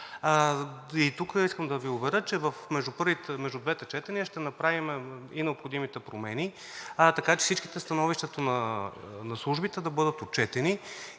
И тук искам да Ви уверя, че между двете четения ще направим и необходимите промени, така че всичките становища на службите да бъдат отчетени